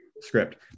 Script